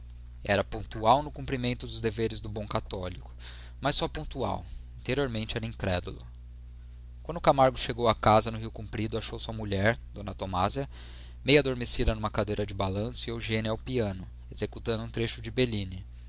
era pontual no cumprimento dos deveres de bom católico mas só pontual interiormente era incrédulo quando camargo chegou a casa no rio comprido achou sua mulher d tomásia meio adormecida numa cadeira de balanço e eugênia ao piano executando um trecho de bellini